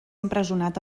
empresonat